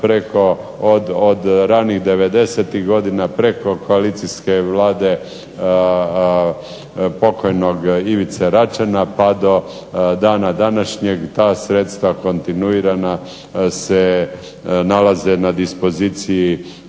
od ranih devedesetih godina preko koalicijske Vlade pokojnog Ivice Račana, pa do dana današnjeg ta sredstva kontinuirana se nalaze na dispoziciji